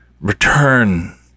Return